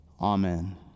Amen